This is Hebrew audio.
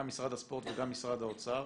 גם משרד הספורט וגם משרד האוצר.